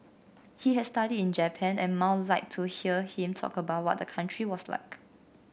he had studied in Japan and Mao liked to hear him talk about what the country was like